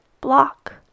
block